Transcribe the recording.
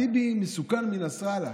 טיבי מסוכן מנסראללה.